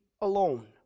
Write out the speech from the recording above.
alone